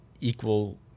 equal